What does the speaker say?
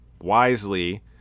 wisely